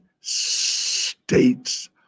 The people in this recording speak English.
States